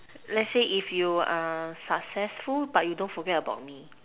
let's say if you successful but you don't forget about me